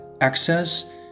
access